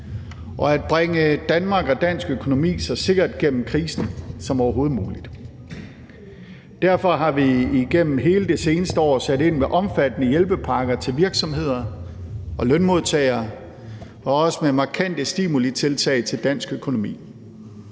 og at bringe Danmark og dansk økonomi så sikkert igennem krisen som overhovedet muligt. Derfor har vi igennem hele det seneste år sat ind med omfattende hjælpepakker til virksomheder og lønmodtagere og også med markante stimulitiltag til dansk økonomi.